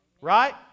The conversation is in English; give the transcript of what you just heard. Right